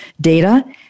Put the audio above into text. data